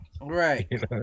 Right